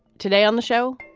today on the show,